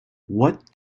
what